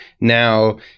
Now